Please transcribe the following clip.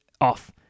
off